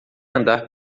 andar